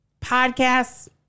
podcasts